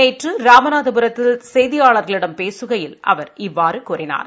இன்று ராமநாதபுரத்தில் செய்தியாளர்களிடம் பேசுகையில் அவர் இவ்வாறு கூறினார்